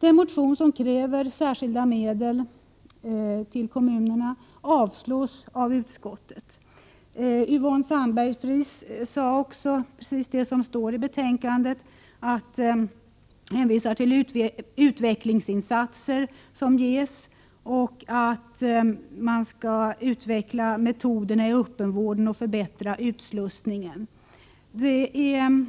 Den motion som kräver särskilda medel till kommunerna avstyrks av utskottet. Yvonne Sandberg-Fries sade också precis det som står i betänkandet. Hon hänvisar till utvecklingsinsatser som görs och till att man skall utveckla metoderna i öppenvården och förbättra utslussningen. Det är